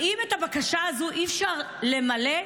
האם את הבקשה הזו אי-אפשר למלא?